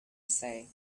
say